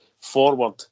forward